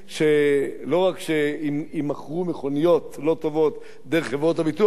שלא רק שלא יימכרו מכוניות לא טובות דרך חברות הביטוח,